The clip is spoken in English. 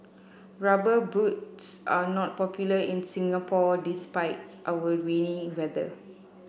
rubber boots are not popular in Singapore despite our rainy weather